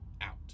out